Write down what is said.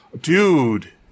Dude